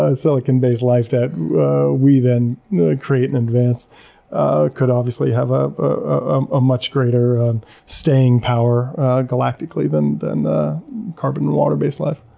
ah silicon based life that we then create and advance ah could obviously have a ah much greater staying power galactically than than the carbon-and water-based life.